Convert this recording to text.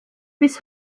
bis